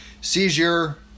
seizure